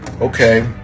okay